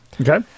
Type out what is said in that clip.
Okay